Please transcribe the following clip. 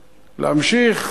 להמשיך?